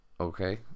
okay